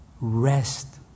rest